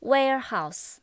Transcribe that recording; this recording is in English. Warehouse